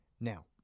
Now